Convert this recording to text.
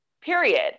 period